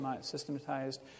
systematized